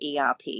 ERP